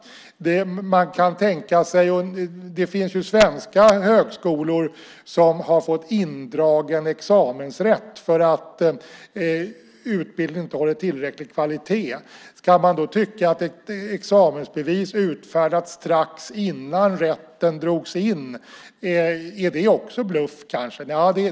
Det finns exempelvis svenska högskolor som har fått indragen examensrätt för att utbildningen inte håller tillräcklig kvalitet. Är då ett examensbevis som är utfärdat strax innan examensrätten drogs in kanske också att betrakta som bluff?